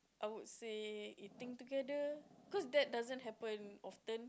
I would say eating together cause that doesn't happen often